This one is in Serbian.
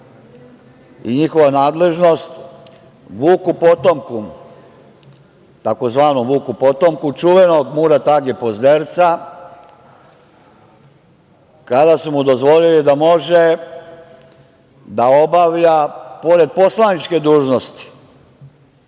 i njihova nadležnost, Vuku potomku, tzv. Vuku potomku čuvenog Murat-age Pozderca, kada su mu dozvolili da može da obavlja, pored poslaničke dužnosti,